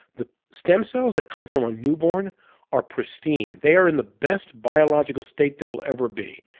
the stem cells that come from a newborn are pristine. they are in the best biological state that will ever be.